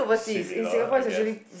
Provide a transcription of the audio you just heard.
similar I guess